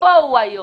איפה הוא היום?